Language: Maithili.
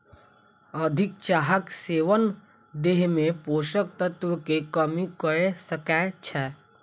अधिक चाहक सेवन देह में पोषक तत्व के कमी कय सकै छै